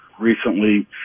recently